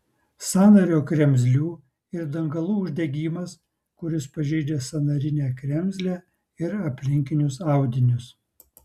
sąnario kremzlių ir dangalų uždegimas kuris pažeidžia sąnarinę kremzlę ir aplinkinius audinius